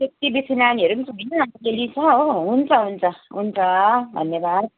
त्यति बेसी नानीहरू पनि छैन अलिअलि छ हो हुन्छ हुन्छ हुन्छ धन्यवाद